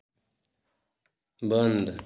बंद